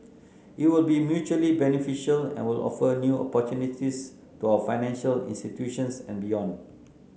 it will be mutually beneficial and will offer new opportunities to our financial institutions and beyond